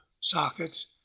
sockets